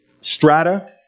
strata